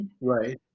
Right